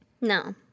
No